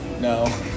No